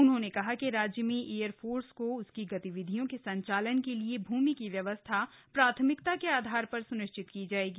उन्होंने कहा कि राज्य में एयर फोर्स को उसकी गतिविधियों के संचालन के लिएभूमि की व्यवस्था प्राथमिकता के आधार प्र सुनिश्चित की जायेगी